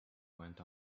went